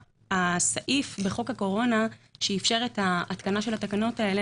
הסעיף בחוק הקורונה שאפשר את ההתקנה של התקנות האלה